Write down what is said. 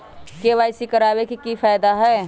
KYC करवाबे के कि फायदा है?